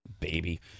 baby